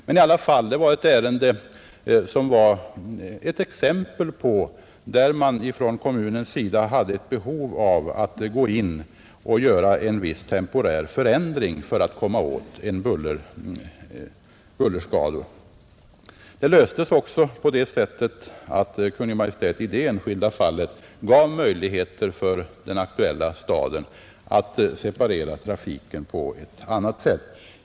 Men det var i alla fall ett exempel där man från kommunens sida hade ett behov av att inskrida och göra en viss temporär förändring för att komma åt bullerskador. Frågan löstes också på det sättet, att Kungl. Maj:t i det enskilda fallet gav möjligheter för den aktuella staden att separera trafiken på ett nytt sätt.